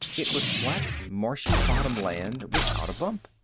it was flat, marshy bottom land without a bump.